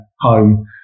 home